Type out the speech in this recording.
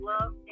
love